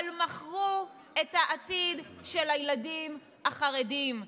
אבל מכרו את העתיד של הילדים החרדים.